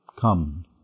Come